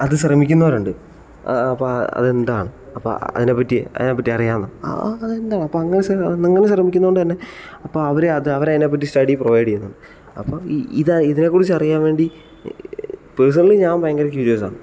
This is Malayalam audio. അത് ശ്രമിക്കുന്നവർ ഉണ്ട് ആ അപ്പോൾ അത് എന്താണ് അപ്പോൾ അതിനെ പറ്റി അതിനെ പറ്റിയറിയാവുന്ന അത് എന്താണ് അങ്ങനെ ശ്രമിക്കുന്നത് കൊണ്ട് തന്നെ അപ്പോൾ അവർ അതിനെ പറ്റി സ്റ്റഡി പ്രൊവൈഡ് ചെയ്യുന്നുണ്ട് അപ്പോൾ ഇത് ഇതിനെ കുറിച്ച് അറിയാൻ വേണ്ടി പേഴ്സണലി ഞാൻ ഭയങ്കര ക്യൂരിയസ്സാണ്